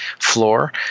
floor